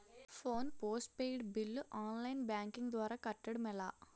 Phone postpaid bill online banking ద్వారా కట్టడం ఎలా?